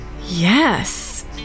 Yes